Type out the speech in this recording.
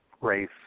race